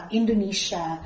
Indonesia